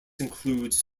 includes